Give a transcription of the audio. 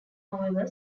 however